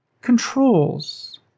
controls